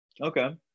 Okay